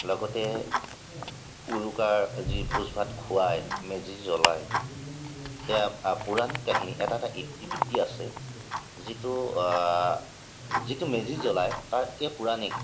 লগতে উৰুকাৰ যি ভোজ ভাত খোৱাই মেজি জ্বলাই সেয়া পৌৰণিক কাহিনী এটা এটা ইতিবৃত্তি আছে যিটো যিটো মেজি জ্বলাই তাৰ এই পৌৰাণিক